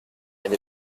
and